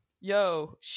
yo